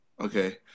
Okay